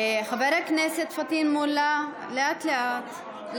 חבר הכנסת פטין מולא, לאט-לאט.